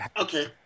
okay